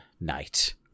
night